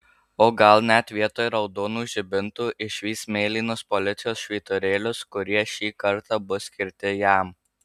o gal net vietoj raudonų žibintų išvys mėlynus policijos švyturėlius kurie šį kartą bus skirti jam